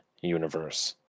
universe